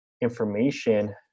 information